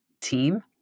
team